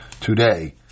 today